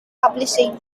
publishing